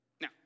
Now